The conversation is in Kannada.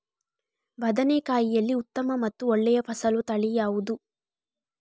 ಬದನೆಕಾಯಿಯಲ್ಲಿ ಉತ್ತಮ ಮತ್ತು ಒಳ್ಳೆಯ ಫಸಲು ತಳಿ ಯಾವ್ದು?